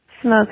Smoke